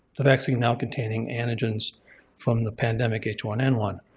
the vaccine now containing antigens from the pandemic h one n one.